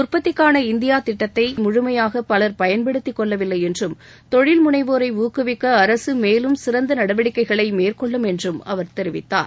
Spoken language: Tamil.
உற்பத்திக்கான இந்தியா திட்டத்தை முழுமையாக பலர் பயன்படுத்திக் கொள்ளவில்லை என்றும் தொழில் முனைவோரை ஊக்குவிக்க அரசு மேலும் சிறந்த நடவடிக்கைகளை மேற்கொள்ளும் என்றும் அவர் தெரிவித்தார்